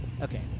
Okay